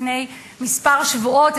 לפני כמה שבועות,